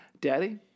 Daddy